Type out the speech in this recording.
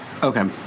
Okay